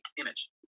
image